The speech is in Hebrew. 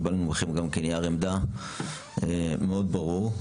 מאיגוד לשכות המסחר קיבלנו מכם נייר עמדה ברור מאוד,